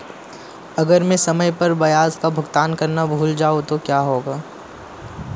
अगर मैं समय पर ब्याज का भुगतान करना भूल जाऊं तो क्या होगा?